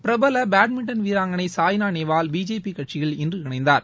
பிரபல பேட்மிண்டன் வீராங்கனை சாய்னா நேவால் பிஜேபி கட்சியில் இன்று இணைந்தார்